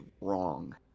wrong